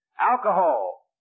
alcohol